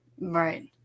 Right